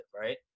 right